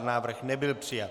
Návrh nebyl přijat.